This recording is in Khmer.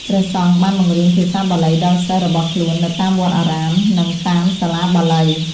ព្រះសង្ឃបានបង្រៀនភាសាបាលីដល់សិស្សរបស់ខ្លួននៅតាមវត្តអារាម និងតាមសាលាបាលី។